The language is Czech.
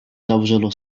zavřelo